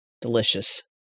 Delicious